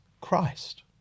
Christ